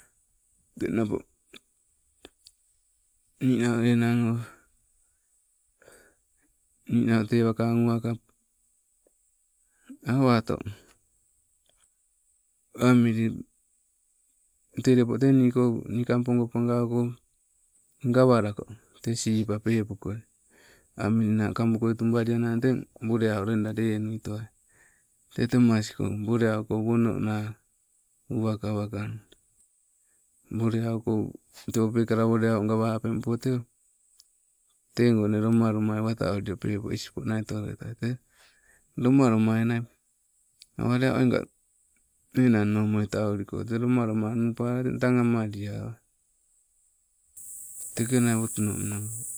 Teng napo ninau enang o, ninau tee wakang uwaka awato amili tee lepo niko nikampogo pangauko gawalako tee siipa, peekopoi, amilina kabungoi tubaliana teng, buleau loida lenuitoai, te temasko buleauko wononaa. Uwaka wakang buleauko tee o peekala buleau gawapen mmpo te, teegonnai loma lomai wataa ullio pepo ispoo nai otolotoai te, loma lomainai. Awalea oinga enannomoi tauliko te loma lomai nuupala tang amaliawai tekenai wotuno.